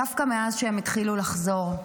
דווקא מאז שהם התחילו לחזור.